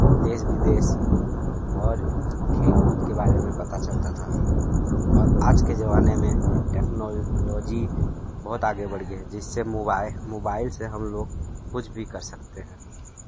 देश विदेश और खेल कूद के बारे में पता चलता था और आज के ज़माने में टेक्नोलॉजी बहुत आगे बढ़ गई है जिससे मोबाइल मोबाइल से हम लोग कुछ भी कर सकते हैं